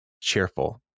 cheerful